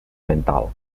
mental